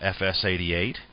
FS88